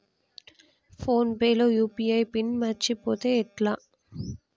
Phone pay లో UPI PIN మరచిపోతే ఎట్లా?